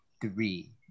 three